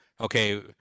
okay